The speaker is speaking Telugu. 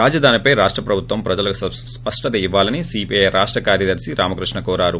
రాజధానిపై రాష్ట ప్రభుత్వం ప్రజలకు స్పష్టత ఇవ్వాలని సీపీఐ రాష్ట కార్యదర్ని రామకృష్ణ కోర్తారు